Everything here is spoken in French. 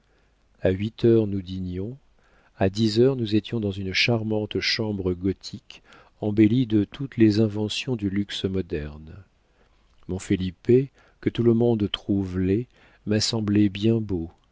a huit heures nous dînions à dix heures nous étions dans une charmante chambre gothique embellie de toutes les inventions du luxe moderne mon felipe que tout le monde trouve laid m'a semblé bien beau